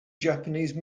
japanese